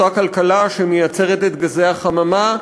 אותה כלכלה שמייצרת את גזי החממה,